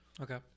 Okay